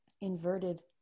inverted